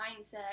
mindset